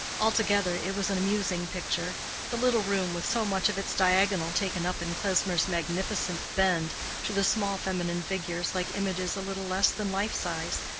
altogether it was an amusing picture the little room with so much of its diagonal taken up in klesmer's magnificent bend to the small feminine figures like images a little less than life-size,